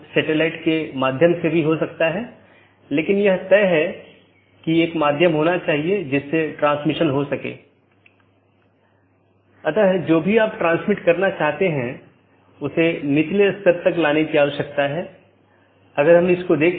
अब ऑटॉनमस सिस्टमों के बीच के लिए हमारे पास EBGP नामक प्रोटोकॉल है या ऑटॉनमस सिस्टमों के अन्दर के लिए हमारे पास IBGP प्रोटोकॉल है अब हम कुछ घटकों को देखें